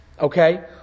Okay